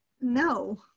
no